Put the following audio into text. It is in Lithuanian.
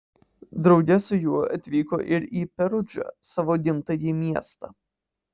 drauge su juo atvyko ir į perudžą savo gimtąjį miestą